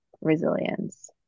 resilience